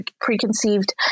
preconceived